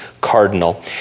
Cardinal